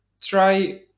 try